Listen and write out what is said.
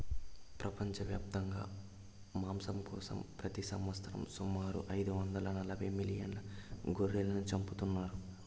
ప్రపంచవ్యాప్తంగా మాంసం కోసం ప్రతి సంవత్సరం సుమారు ఐదు వందల నలబై మిలియన్ల గొర్రెలను చంపుతున్నారు